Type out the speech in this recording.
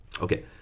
Okay